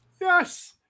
Yes